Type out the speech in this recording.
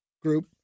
group